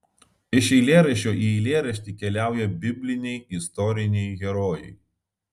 iš eilėraščio į eilėraštį keliauja bibliniai istoriniai herojai